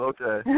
Okay